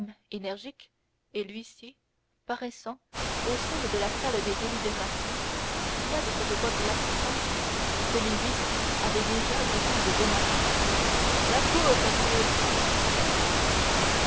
énergique et l'huissier paraissant au seuil de la salle des délibérations cria de cette voix glapissante que les huissiers avaient déjà du temps de beaumarchais la cour messieurs